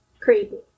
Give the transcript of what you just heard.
Creepy